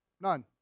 None